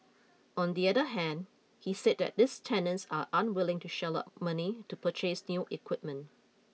on the other hand he said that these tenants are unwilling to shell out money to purchase new equipment